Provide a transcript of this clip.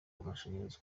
ubushakashatsi